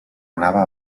anava